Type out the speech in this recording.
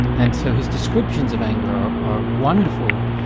and so his descriptions of anger are are wonderful,